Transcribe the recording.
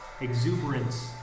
exuberance